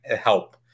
help